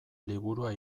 liburua